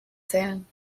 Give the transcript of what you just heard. zählen